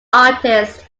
artist